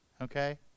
Okay